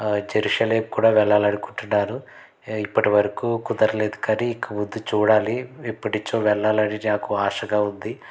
Jerusalem కూడా వెళ్ళాలనుకుంటున్నాను ఇప్పటివరకు కుదరలేదు కానీ ఇక ముందు చూడాలి ఎప్పటినుంచో వెళ్ళాలని నాకు ఆశగా ఉంది